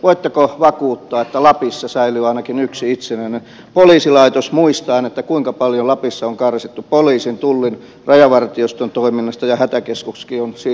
voitteko vakuuttaa että lapissa säilyy ainakin yksi itsenäinen poliisilaitos muistaen kuinka paljon lapissa on karsittu poliisin tullin rajavartioston toiminnasta ja hätäkeskuskin on siirretty jo ouluun